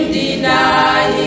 deny